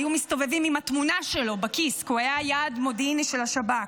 היו מסתובבים עם התמונה שלו בכיס כי הוא היה יעד מודיעני של השב"כ,